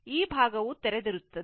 ಈ ಭಾಗವು ತೆರೆದಿರುತ್ತದೆ